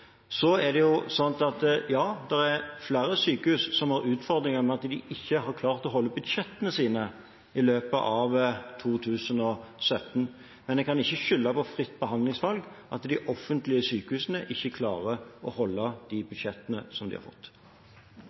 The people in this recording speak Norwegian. Så er det slik at ja, det er flere sykehus som har utfordringer med at de ikke har klart å holde budsjettene sine i løpet av 2017. Men en kan ikke skylde på fritt behandlingsvalg for at de offentlige sykehusene ikke klarer å holde de budsjettene som de har fått.